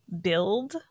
build